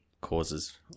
causes